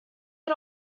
had